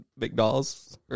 McDonald's